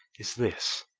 is this.